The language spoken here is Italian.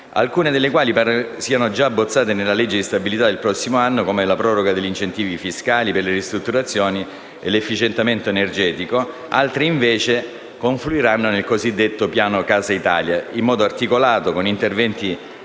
alcune delle quali già abbozzate nella legge di bilancio per il 2017 come la proroga degli incentivi fiscali per le ristrutturazioni e l'efficientamento energetico, altre che confluiranno nel piano "Casa Italia", in modo articolato con interventi